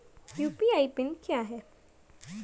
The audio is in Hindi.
यू.पी.आई पिन क्या है?